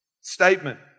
statement